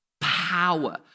power